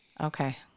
Okay